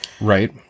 Right